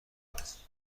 است